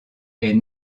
est